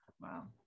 Wow